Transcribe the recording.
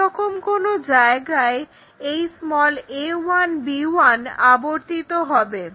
এইরকম কোনো জায়গায় এই a1 b1 আবর্তিত হবে